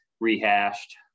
rehashed